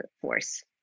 force